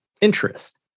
interest